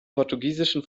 portugiesischen